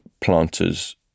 planters